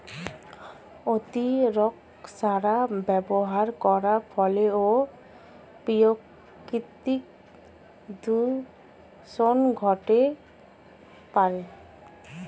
অতিরিক্ত সার ব্যবহার করার ফলেও প্রাকৃতিক দূষন ঘটতে পারে